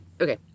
Okay